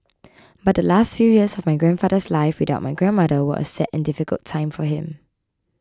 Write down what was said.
but the last few years of my grandfather's life without my grandmother were a sad and difficult time for him